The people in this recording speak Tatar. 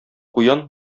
куян